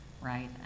right